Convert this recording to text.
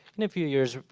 in a few years,